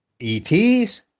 ETs